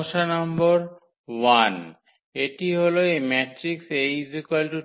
সমস্যা নম্বর 1 এটি হল এই ম্যাট্রিক্স এর